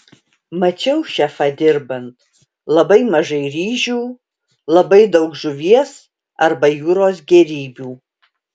mačiau šefą dirbant labai mažai ryžių labai daug žuvies arba jūros gėrybių